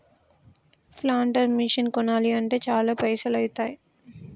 planter machine కొనాలి అంటే చాల పైసల్ ఐతాయ్